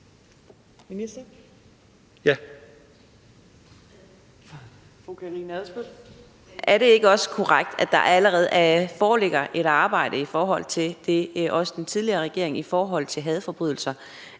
Er det ikke også korrekt, at der allerede foreligger et arbejde, også fra den tidligere regering, i forhold til hadforbrydelser,